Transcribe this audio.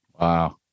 Wow